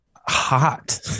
hot